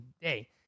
day